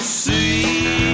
see